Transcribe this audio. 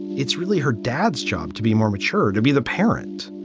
it's really her dad's job to be more mature, to be the parent.